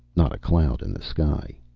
not a cloud in the sky.